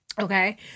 Okay